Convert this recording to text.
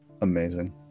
Amazing